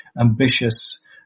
ambitious